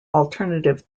alternative